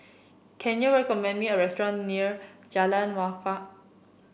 can you recommend me a restaurant near Jalan Wakaff